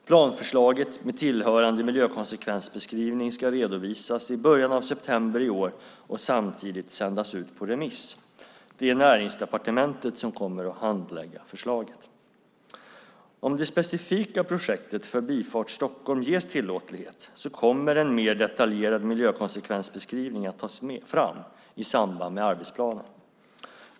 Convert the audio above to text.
Planförslaget med tillhörande miljökonsekvensbeskrivning ska redovisas i början av september i år och samtidigt sändas ut på remiss. Det är Näringsdepartementet som kommer att handlägga förslaget. Om det specifika projektet Förbifart Stockholm ges tillåtlighet kommer en mer detaljerad miljökonsekvensbeskrivning att tas fram i samband med arbetsplanen.